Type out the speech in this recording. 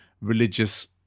religious